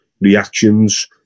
reactions